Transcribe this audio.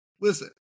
listen